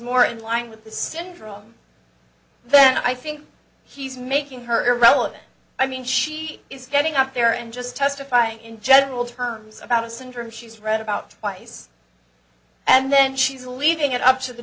more in line with the syndrome then i think he's making her irrelevant i mean she is getting up there and just testifying in general terms about a syndrome she's read about twice and then she's leaving it up to the